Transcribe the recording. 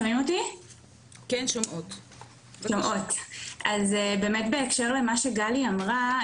אז באמת בהקשר למה שגלי אמרה,